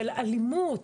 של אלימות,